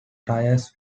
ties